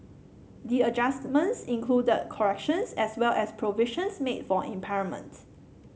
the adjustments included corrections as well as provisions made for impairment